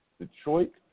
Detroit